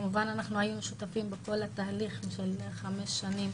כמובן שהיינו שותפים בכל התהליך זה חמש השנים.